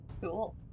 Cool